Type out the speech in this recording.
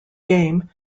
game